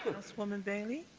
councilwoman bailey.